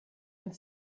und